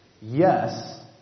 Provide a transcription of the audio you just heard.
Yes